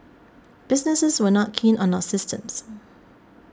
businesses were not keen on our systems